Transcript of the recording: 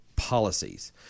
Policies